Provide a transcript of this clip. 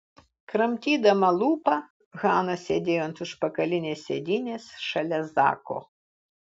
kramtydama lūpą hana sėdėjo ant užpakalinės sėdynės šalia zako